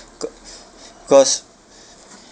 ca~ cause